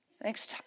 Thanks